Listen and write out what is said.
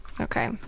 okay